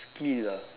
skill ah